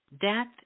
death